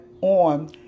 on